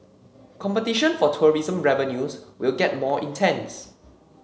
competition for tourism revenues will get more intense